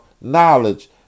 knowledge